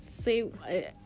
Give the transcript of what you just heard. say